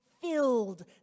filled